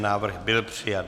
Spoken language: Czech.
Návrh byl přijat.